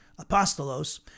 apostolos